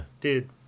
Dude